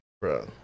bro